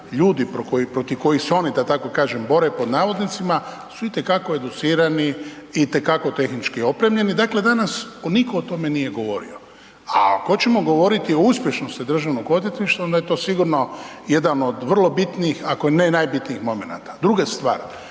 svjesni protiv kojih se oni da tako kažem „bore“ su itekako educirani i itekako tehnički opremljeni, dakle danas niko o tome nije govorio a ako govoriti o uspješnosti Državnog odvjetništva, onda je to jedan od vrlo bitnih ako ne i najbitnijih momenata. Druga stvar,